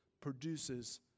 produces